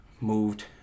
moved